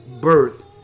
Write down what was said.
birth